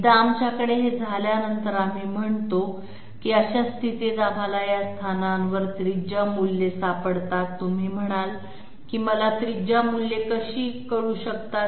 एकदा आमच्याकडे हे झाल्यानंतर आम्ही म्हणतो की अशा स्थितीत आम्हाला या स्थानांवर त्रिज्या मूल्ये सापडतात तुम्ही म्हणाल की मला त्रिज्या मूल्ये कशी कळू शकतात